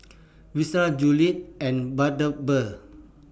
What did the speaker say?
Versace Julie's and Bundaberg